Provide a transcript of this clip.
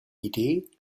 idee